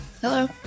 Hello